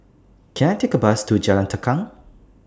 Can I Take A Bus to Jalan Tukang